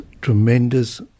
tremendous